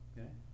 Okay